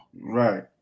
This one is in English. Right